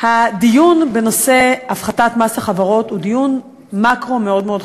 הדיון בנושא הפחתת מס החברות הוא דיון מקרו מאוד מאוד חשוב.